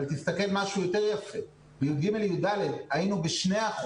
תסתכל משהו יותר יפה - בי"ג י"ד היינו ב-2%.